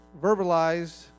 verbalized